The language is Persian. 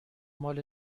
مال